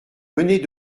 venez